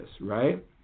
Right